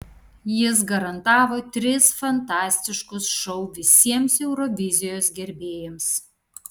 jis garantavo tris fantastiškus šou visiems eurovizijos gerbėjams